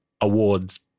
awards-